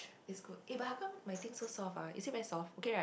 that's good eh but how come my thing so soft ah is it very soft okay right